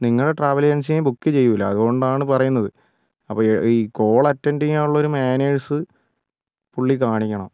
നിങ്ങള ട്രാവൽ ഏജൻസിയും ബുക്ക് ചെയ്യില്ല അതുകൊണ്ടാണ് പറയുന്നത് അപ്പോൾ ഈ കോൾ അറ്റൻഡ് ചെയ്യാനുള്ളൊരു മാനേഴ്സ് പുള്ളി കാണിക്കണം